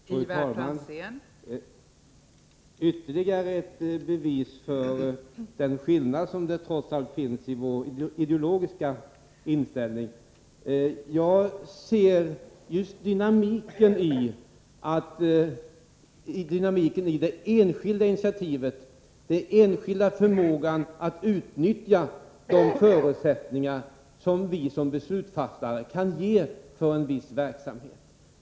Fru talman! Detta är ytterligare ett bevis för den skillnad som trots allt finns då det gäller den ideologiska inställningen. Jag ser just dynamiken i det enskilda initiativet och den enskilda förmågan att utnyttja de förutsättningar som vi som beslutsfattare kan ge för en viss verksamhet.